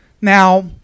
Now